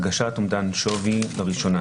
134ד.הגשת אומדן שווי לראשונה